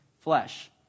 flesh